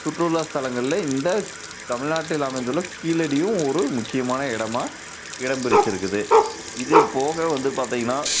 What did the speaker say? சுற்றுலாஸ்தலங்களில் இந்த தமிழ்நாட்டில் அமைந்துள்ள கீழடியும் ஒரு முக்கியமான இடமா இடம் பிடிச்சி இருக்குது இது போக வந்து பாத்திங்கனா